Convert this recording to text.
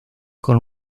con